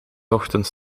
ochtends